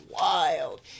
wild